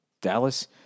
Dallas